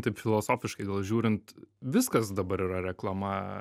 taip filosofiškai gal žiūrint viskas dabar yra reklama